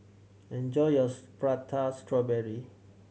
enjoy yours Prata Strawberry